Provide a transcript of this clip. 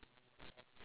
ya